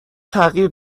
تغییر